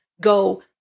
go